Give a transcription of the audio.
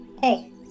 Hey